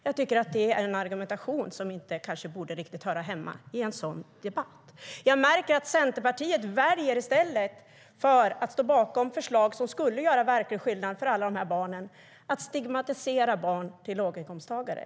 Jag tycker att det är en argumentation som inte riktigt hör hemma i en sådan här debatt. Jag märker att Centerpartiet i stället för att stå bakom förslag som skulle göra verklig skillnad för alla de här barnen väljer att stigmatisera barn till låginkomsttagare.